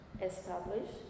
establish